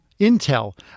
Intel